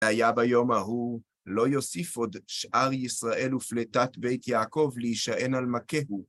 היה ביום ההוא לא יוסיף עוד שאר ישראל ופליטת בית יעקב להישען על מכהו.